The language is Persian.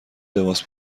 لباس